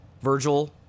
Virgil